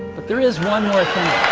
but there is one more thing